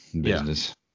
business